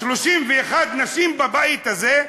31 נשים בבית הזה,